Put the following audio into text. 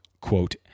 quote